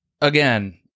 again